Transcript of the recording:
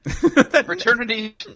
Fraternity